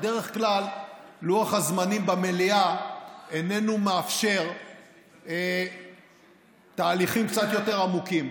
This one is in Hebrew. בדרך כלל לוח הזמנים במליאה איננו מאפשר תהליכים קצת יותר עמוקים.